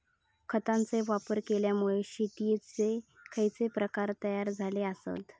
खतांचे वापर केल्यामुळे शेतीयेचे खैचे प्रकार तयार झाले आसत?